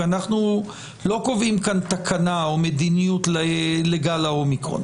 כי אנחנו לא קובעים כאן תקנה או מדיניות לגל האומיקרון